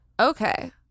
Okay